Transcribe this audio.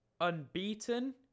unbeaten